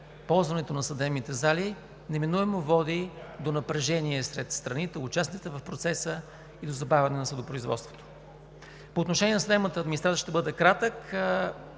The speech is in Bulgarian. ползването на съдебните зали неминуемо води до напрежение сред страните – участници в процеса, и до забавяне на съдопроизводството. По отношение на съдебната администрация ще бъда кратък.